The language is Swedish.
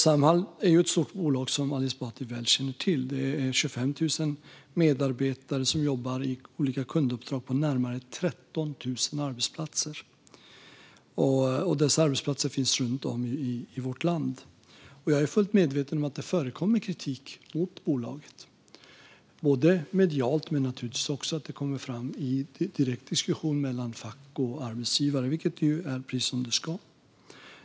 Samhall är ett stort bolag, som Ali Esbati väl känner till. Det är 25 000 medarbetare som jobbar i olika kunduppdrag på närmare 13 000 arbetsplatser, och dessa arbetsplatser finns runt om i vårt land. Jag är fullt medveten om att det förekommer kritik mot bolaget. Det förekommer medialt, men det kommer naturligtvis också fram i direkt diskussion mellan fack och arbetsgivare, vilket är precis som det ska.